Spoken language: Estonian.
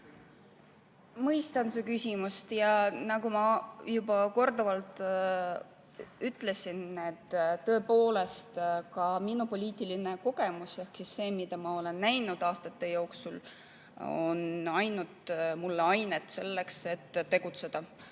Mõistan su küsimust. Nagu ma juba korduvalt olen öelnud, tõepoolest, ka minu poliitiline kogemus ehk see, mida ma olen näinud aastate jooksul, on andnud mulle ainet selleks, et tegutseda.